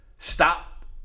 Stop